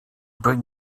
bring